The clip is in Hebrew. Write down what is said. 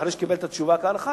אחרי שקיבל את התשובה כהלכה,